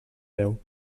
déu